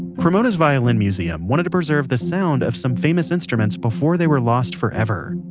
cremona's violin museum wanted to preserve the sound of some famous instruments before they were lost forever.